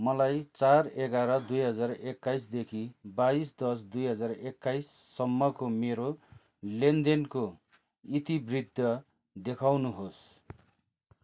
मलाई चार एघार दुई हजार एक्काइसदेखि बाइस दस दुई हजार एक्काइससम्मको मेरो लेनदेनको इतिवृत्त देखाउनुहोस्